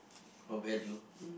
oh value